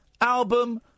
album